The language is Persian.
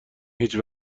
هیچ